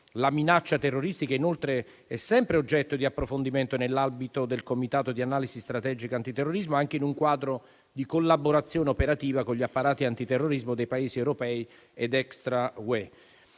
La minaccia terroristica, inoltre, è sempre oggetto di approfondimento nell'ambito del Comitato di analisi strategica antiterrorismo, anche in un quadro di collaborazione operativa con gli apparati antiterrorismo dei Paesi europei ed extra UE.